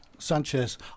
Sanchez